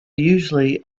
usually